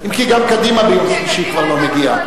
אם כי גם קדימה ביום שלישי כבר לא מגיעה.